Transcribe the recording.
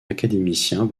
académicien